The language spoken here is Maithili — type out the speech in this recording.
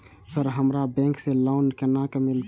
सर हमरा बैंक से लोन केना मिलते?